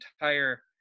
entire